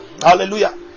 Hallelujah